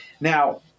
Now